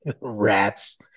Rats